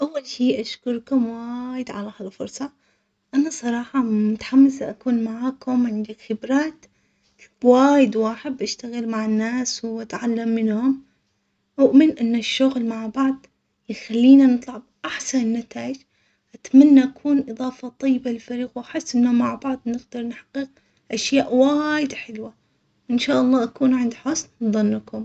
اول شي اشكركم وايد على هالفرصة انا صراحة متحمسة اكون معاكم عندي خبرات وايد واحب اشتغل مع الناس واتعلم منهم اؤمن ان الشغل مع بعض يخلينا نطلع باحسن النتايج اتمنى اكون اظافة طيبة للفريق واحس احنا مع بعض نقدر نحقق اشياء وايد حلوة وان شاء الله اكون عند حسن ظنكم.